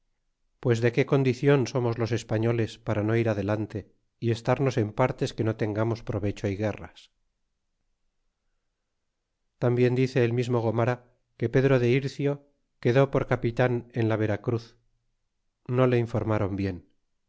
pues de que condicion somos los españoles para no ir adelante y estarnos en partes que no tengamos provecho é guerras tambien dice el mismo gomara que pedro de ircio quedó por capitan en la vera cruz no le informron bien